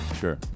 sure